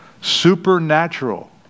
Supernatural